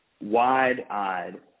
wide-eyed